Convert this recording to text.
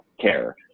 care